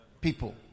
people